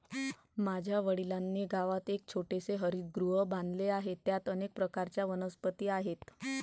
माझ्या वडिलांनी गावात एक छोटेसे हरितगृह बांधले आहे, त्यात अनेक प्रकारच्या वनस्पती आहेत